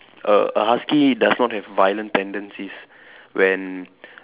a a husky does not have violent tendencies when